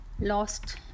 lost